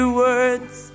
words